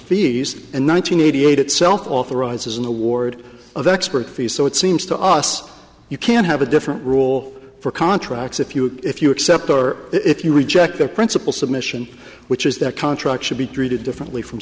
fees and nine hundred eighty eight itself authorizes an award of expert fees so it seems to us you can have a different rule for contracts if you if you accept or if you reject the principle submission which is that contract should be treated differently from